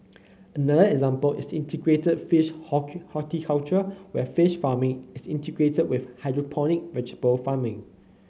another example is integrated fish horticulture where fish farming is integrated with hydroponic vegetable farming